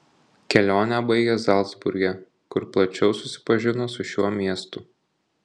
kelionę baigė zalcburge kur plačiau susipažino su šiuo miestu